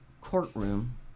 courtroom